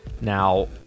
Now